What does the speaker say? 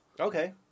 Okay